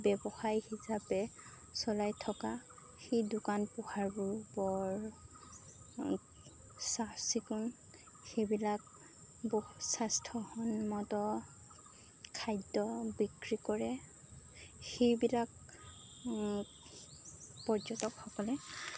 ব্যৱসায় হিচাপে চলাই থকা সেই দোকান পোহাৰবোৰো বৰ চাফ চিকুণ সেইবিলাক বহুত স্বাস্থ্যসন্মত খাদ্য বিক্ৰী কৰে সেইবিলাক পৰ্যটকসকলে